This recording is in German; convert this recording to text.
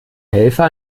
helfer